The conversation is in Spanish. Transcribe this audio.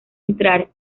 entrar